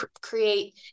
create